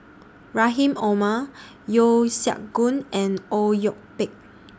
Rahim Omar Yeo Siak Goon and Au Yue Pak